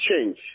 change